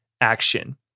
action